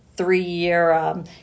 three-year